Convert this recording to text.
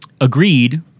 agreed